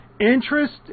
Interest